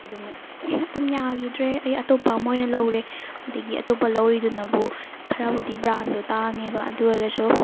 ꯑꯗꯨꯅ ꯑꯗꯨꯝ ꯌꯥꯒꯤꯗ꯭ꯔꯦ ꯑꯩ ꯑꯇꯣꯞꯄ ꯑꯃ ꯑꯣꯏꯅ ꯂꯧꯔꯦ ꯑꯗꯒꯤ ꯑꯇꯣꯞꯄ ꯂꯧꯔꯤꯗꯨꯅꯕꯨ ꯈꯔꯕꯨꯗꯤ ꯕ꯭ꯔꯥꯟꯗꯣ ꯇꯥꯡꯉꯦꯕ ꯑꯗꯨ ꯑꯣꯏꯔꯒꯁꯨ